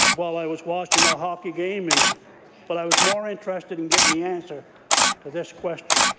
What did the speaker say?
while i was watching a hockey game, and but i was more interested in getting the answer to this question